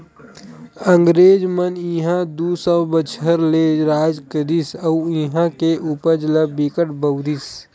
अंगरेज मन इहां दू सौ बछर ले राज करिस अउ इहां के उपज ल बिकट बउरिस